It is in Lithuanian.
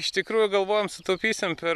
iš tikrųjų galvojom sutaupysim per